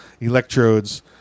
electrodes